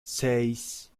seis